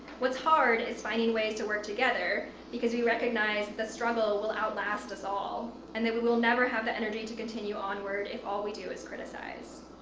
what's hard, is finding ways to work together, because you recognize, the struggle will outlast us all, and that we will never have the energy to continue onward if all we do is criticize.